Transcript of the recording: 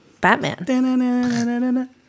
Batman